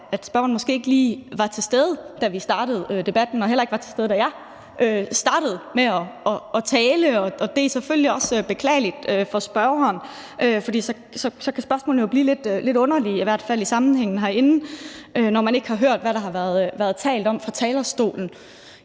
at spørgeren måske ikke lige var til stede, da vi startede debatten, og heller ikke var til stede, da jeg startede med at tale, og det er selvfølgelig også beklageligt for spørgeren. For så kan spørgsmålene jo blive lidt underlige, i hvert fald i sammenhængen herinde, når man ikke har hørt, hvad der har været talt om fra talerstolen.